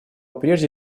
прежде